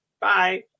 Bye